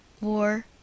War